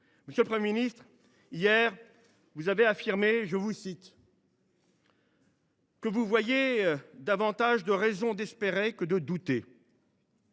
Monsieur le Premier ministre, vous avez affirmé hier que vous voyiez « davantage de raisons d’espérer que de douter